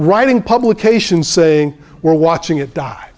writing publication saying we're watching it die